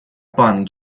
пан